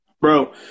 Bro